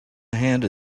hand